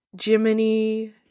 Jiminy